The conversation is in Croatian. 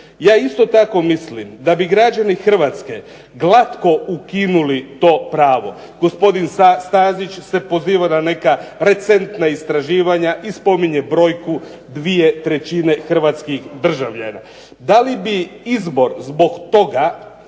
Ja isto tako mislim da bi građani Hrvatske glatko ukinuli to pravo. Gospodin Stazić se poziva na neka recentna istraživanja i spominje brojku dvije trećine hrvatskih državljana. Da li bi izbor zbog toga,